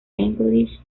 english